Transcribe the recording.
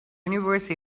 universe